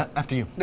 after you.